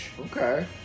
okay